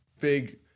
big